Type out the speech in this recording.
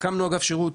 והקמנו השנה אגף שירות,